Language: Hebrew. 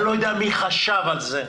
אני לא יודע מי חשב על זה,